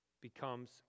becomes